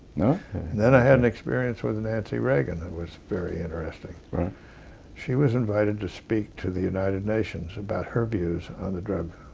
then i had an experience with nancy reagan that was very interesting. she was invited to speak to the united nations about her views on the drug